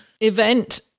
event